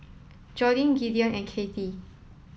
Jordin Gideon and Cathy